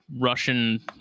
Russian